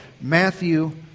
Matthew